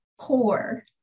poor